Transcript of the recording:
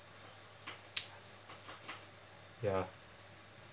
ya